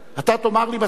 אתה תאמר לי בסוף,